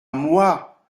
moi